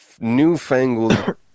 newfangled